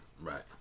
right